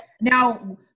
Now